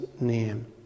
name